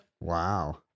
Wow